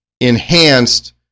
enhanced